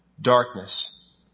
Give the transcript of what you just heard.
darkness